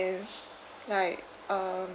~nd like um